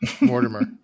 Mortimer